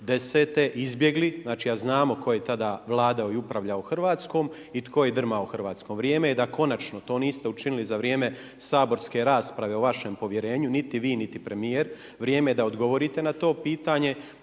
2010. izbjegli, a znamo tko je tada vladao i upravljao Hrvatskom i tko je drmao Hrvatskom. Vrijeme je da konačno, to niste učinili za vrijeme saborske rasprave o vašem povjerenju niti vi niti premijer, vrijeme je da odgovorite na to pitanje.